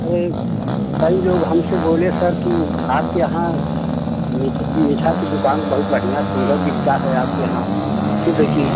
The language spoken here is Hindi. अरे कई लोग हमसे बोले सर कि ऊ आपके यहाँ मीठे मीठा की दुकान बहुत बढ़िया सुंदर बिकता है आपके यहाँ शुद्ध चीज